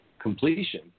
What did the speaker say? completion